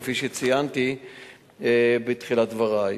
כפי שציינתי בתחילת דברי.